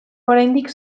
oraindik